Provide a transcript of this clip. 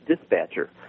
dispatcher